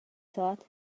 thought